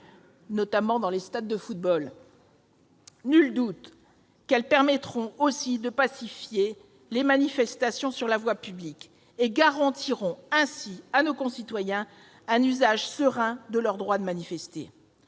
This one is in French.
notamment dans les stades de football. Nul doute que ces dispositions permettront aussi de pacifier les manifestations sur la voie publique et qu'elles garantiront ainsi à nos concitoyens un usage serein de leur droit de manifester.